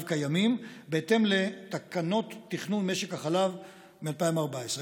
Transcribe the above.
קיימים בהתאם לתקנות תכנון משק החלב מ-2014.